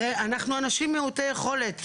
אנחנו אנשים מעוטי יכולת,